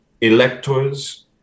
electors